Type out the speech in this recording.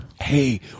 Hey